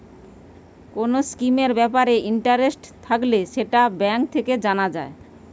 কোন স্কিমের ব্যাপারে ইন্টারেস্ট থাকলে সেটা ব্যাঙ্ক থেকে জানা যায়